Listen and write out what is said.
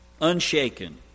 unshaken